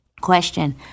question